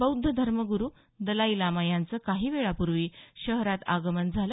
बौद्ध धर्मग्रु दलाई लामा यांचं काही वेळापुर्वी शहरात आगमन झालं